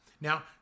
Now